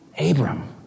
Abram